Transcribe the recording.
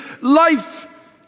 life